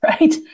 right